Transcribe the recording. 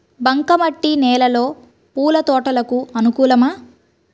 బంక మట్టి నేలలో పూల తోటలకు అనుకూలమా?